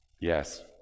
Yes